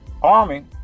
Army